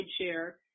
share